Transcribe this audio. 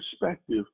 perspective